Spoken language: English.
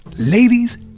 ladies